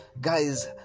guys